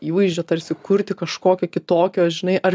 įvaizdžio tarsi kurti kažkokio kitokio žinai ar